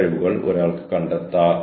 ഇതാണ് യഥാർത്ഥ പേപ്പർ